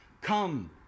Come